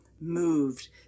moved